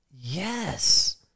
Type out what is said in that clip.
Yes